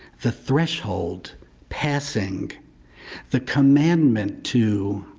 the threshold passing the commandment to.